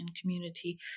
community